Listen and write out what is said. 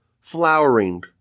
flowering